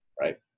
Right